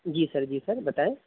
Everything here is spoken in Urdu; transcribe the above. جی سر جی سر بتائیں